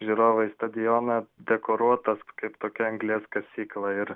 žiūrovai į stadioną dekoruotas kaip tokia anglies kasykla ir